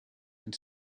and